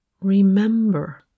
remember